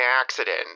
accident